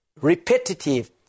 repetitive